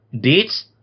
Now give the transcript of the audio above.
dates